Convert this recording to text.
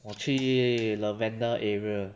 我去 lavender area